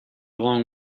long